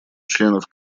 членов